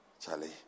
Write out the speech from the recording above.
Charlie